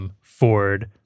Ford